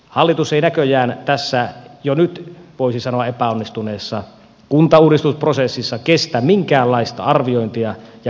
hallitus ei näköjään tässä jo nyt voisi sanoa epäonnistuneessa kuntauudistusprosessissa kestä minkäänlaista arviointia ja kritiikkiä